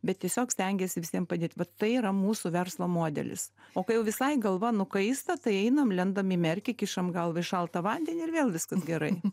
bet tiesiog stengiesi visiem padėt vat tai yra mūsų verslo modelis o kai jau visai galva nukaista tai einam lendam į merkį kišam galvą į šaltą vandenį ir vėl viskas gerai